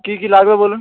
কী কী লাগবে বলুন